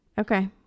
Okay